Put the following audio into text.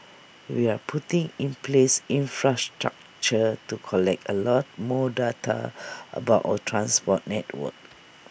we are putting in place infrastructure to collect A lot more data about our transport network